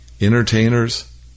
entertainers